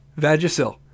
Vagisil